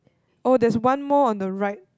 oh there's one more on the right